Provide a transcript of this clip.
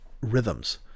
rhythms